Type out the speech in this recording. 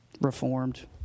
Reformed